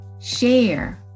share